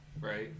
right